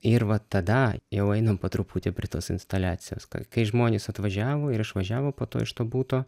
ir va tada jau einam po truputį prie tos instaliacijos kai žmonės atvažiavo ir išvažiavo po to iš to buto